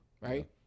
Right